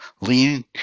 lean